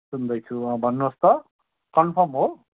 सुन्दैछु अँ भन्नुहोस् त कन्फर्म हो